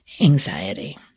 anxiety